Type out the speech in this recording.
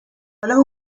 حالا